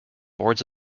boards